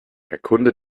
erkunde